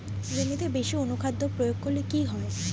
জমিতে বেশি অনুখাদ্য প্রয়োগ করলে কি হয়?